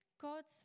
God's